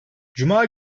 cuma